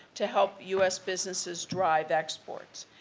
to help u s. businesses drive exports.